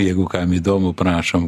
jeigu kam įdomu prašom